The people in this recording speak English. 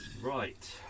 right